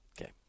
Okay